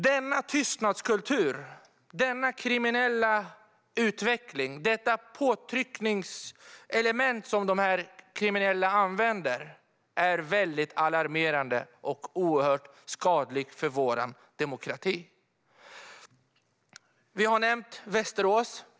Denna tystnadskultur, denna kriminella utveckling och de påtryckningar som de kriminella använder är väldigt alarmerande och skadliga för vår demokrati. Vi har nämnt Västerås.